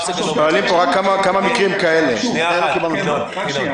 יואב, בבקשה.